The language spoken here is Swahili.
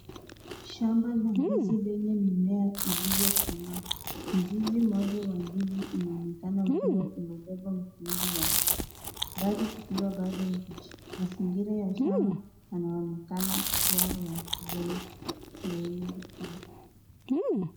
Shamba LA ndizi lenye mmea iliyo komaa mzizi moja wa ndizi inaonekana ikiwa imebeba mfungu wa ndizi Bado zikiwa mbichi mazingira ya shamba yanaonekana kuwa na yenye rotuba.